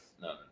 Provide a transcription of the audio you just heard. no